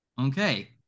Okay